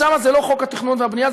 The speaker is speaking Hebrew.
שם זה לא חוק התכנון והבנייה,